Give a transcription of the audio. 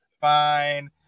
fine